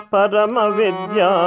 Paramavidya